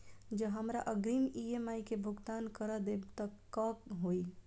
जँ हमरा अग्रिम ई.एम.आई केँ भुगतान करऽ देब तऽ कऽ होइ?